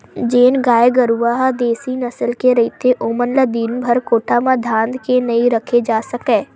जेन गाय गरूवा ह देसी नसल के रहिथे ओमन ल दिनभर कोठा म धांध के नइ राखे जा सकय